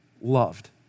loved